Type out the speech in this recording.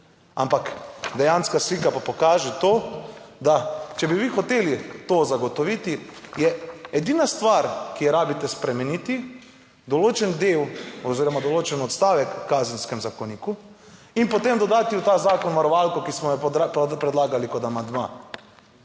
ampak dejanska slika pa pokaže to, da če bi vi hoteli to zagotoviti je edina stvar, ki jo rabite spremeniti določen del oziroma določen odstavek v Kazenskem zakoniku in potem dodati v ta zakon varovalko, ki smo jo predlagali kot amandma,